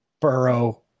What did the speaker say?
Burrow